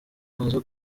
baza